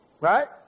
Right